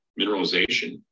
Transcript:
mineralization